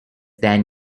than